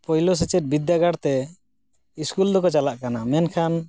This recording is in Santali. ᱯᱳᱭᱞᱳ ᱥᱮᱪᱮᱫ ᱵᱤᱫᱽᱫᱟᱹᱜᱟᱲ ᱛᱮ ᱤᱥᱠᱩᱞ ᱫᱚ ᱚ ᱪᱟᱞᱟᱜ ᱠᱟᱱᱟ ᱢᱮᱱᱠᱷᱟᱱ